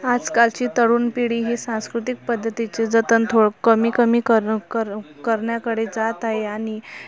आजकालची तरुण पिढी ही सांस्कृतिक पद्धतीचे जतन थोडं कमी कमी करून करण्याकडे जात आहे आणि